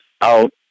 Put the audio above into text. out